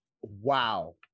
wow